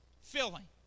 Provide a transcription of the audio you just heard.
filling